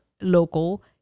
local